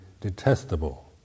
detestable